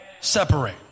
separate